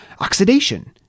Oxidation